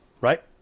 right